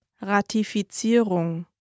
Ratifizierung